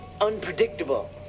unpredictable